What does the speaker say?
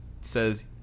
says